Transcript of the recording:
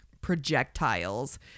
projectiles